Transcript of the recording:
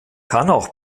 auch